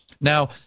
Now